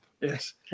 yes